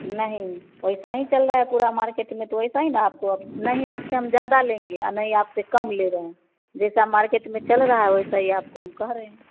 नहीं वैसा ही चल रहा है पूरा मार्केट में तो वैसा ही ना आपको अब न ही आपसे हम ज़्यादा लेंगे और न ही आपसे कम ले रहे हैं जैसा मार्केट में चल रहा वैसा ही आपको हम कह रहे हैं